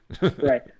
Right